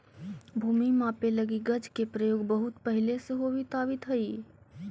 भूमि मापे लगी गज के प्रयोग बहुत पहिले से होवित आवित हइ